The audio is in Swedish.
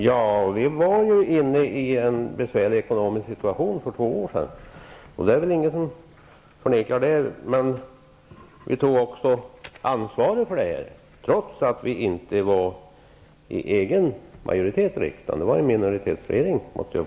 Herr talman! Ja, vi hade en besvärlig ekonomisk situation för två år sedan -- det är ingen som förnekar det -- men vi tog också ansvaret för den, trots att vi inte hade en egen majoritet i riksdagen utan hade en minoritetsregering.